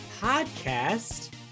podcast